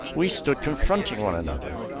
we stood confronting one another.